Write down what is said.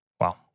Wow